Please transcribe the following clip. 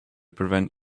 prevent